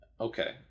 okay